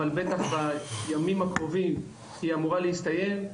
אבל בטח בימים הקרובים היא אמורה להסתיים.